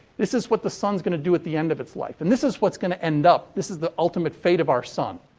this is what the sun's going to do at the end of its life. and this is what's going to end up this is the ultimate fate of our sun.